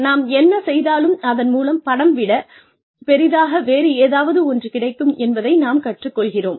நாம் என்ன செய்தாலும் அதன் மூலம் பணம் விடப் பெரிதாக வேறு ஏதாவது ஒன்று கிடைக்கும் என்பதை நாம் கற்றுக் கொள்கிறோம்